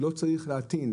הוא לא צריך להטעין.